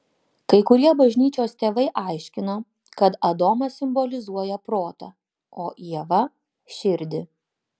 kai kurie bažnyčios tėvai aiškino kad adomas simbolizuoja protą o ieva širdį